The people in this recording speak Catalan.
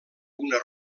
una